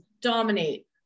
dominate